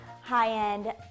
high-end